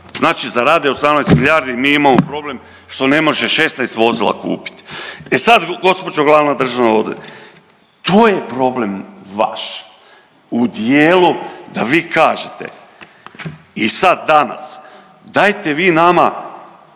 znači zarade 18 milijardi, mi imamo problem što ne može 16 vozila kupiti. E sad, gđo glavna državna odvjetnice, to je problem vaš, u dijelu da vi kažete i sad danas, dajte vi nama,